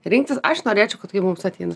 rinktis aš norėčiau kad tai mums ateina